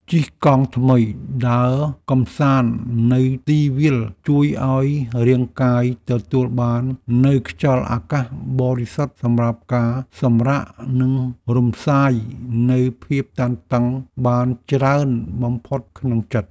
ជិះកង់ថ្មីដើរកម្សាន្តនៅទីវាលជួយឱ្យរាងកាយទទួលបាននូវខ្យល់អាកាសបរិសុទ្ធសម្រាប់ការសម្រាកនិងរំសាយនូវភាពតានតឹងបានច្រើនបំផុតក្នុងចិត្ត។